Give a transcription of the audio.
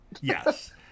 Yes